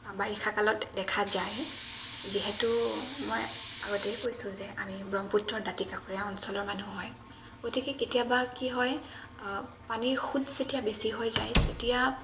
বাৰিষা কালত দেখা যায় যিহেতু মই আগতেই কৈছোঁ যে আমি ব্ৰহ্মপুত্ৰৰ দাঁতি কাষৰীয়া অঞ্চলৰ মানুহ হয় গতিকে কেতিয়াবা কি হয় পানীৰ সোঁত যেতিয়া বেছি হৈ যায় তেতিয়া